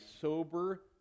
sober